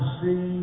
see